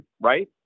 right